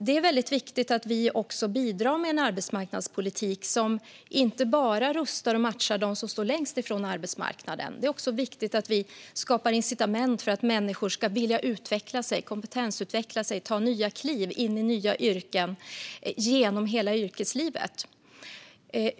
Det är väldigt viktigt att vi bidrar med en arbetsmarknadspolitik som inte bara rustar och matchar dem som står längst från arbetsmarknaden utan även skapar incitament för att människor ska vilja utveckla sig, kompetensutveckla sig och ta nya kliv in i nya yrken genom hela yrkeslivet.